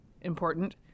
important